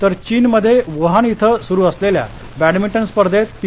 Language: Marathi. तर चीनमध्ये वुहान इथं सुरु असलेल्या बॅडमिंटन स्पर्धेत पी